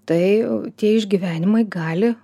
tai tie išgyvenimai gali